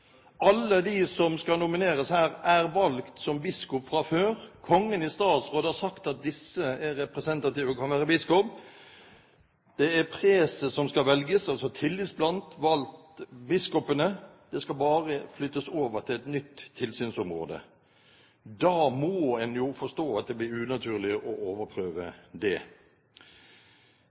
Alle de som skal nomineres, er valgt som biskop fra før. Kongen i statsråd har sagt at disse er representative og kan være biskop. Det er preses som skal velges – altså tillitsvalgt blant biskopene – det skal bare flyttes over til et nytt tilsynsområde. Da må en jo forstå at det blir unaturlig å overprøve det.